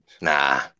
nah